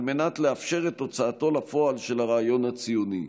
מנת לאפשר את הוצאתו לפועל של הרעיון הציוני.